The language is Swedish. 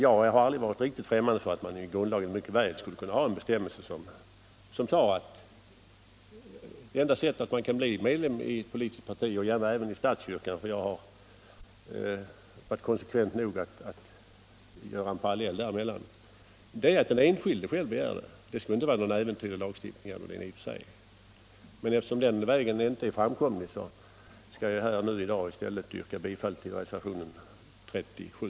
Jag har aldrig varit fftämmande för tanken att man i grundlagen mycket väl kunde ha en bestämmelse som sade att det enda sättet för någon att bli medlem i ett parti — och gärna även i statskyrkan, ty jag har varit konsekvent nog att dra en parallell mellan anslutning till parti och till statskyrkan — är att den enskilde själv begär det. Det skulle i och för sig inte vara någon äventyrlig lagstiftning, men eftersom den vägen inte är framkomlig yrkar jag i stället bifall till reservationen 37.